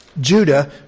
Judah